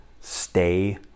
Stay